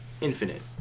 infinite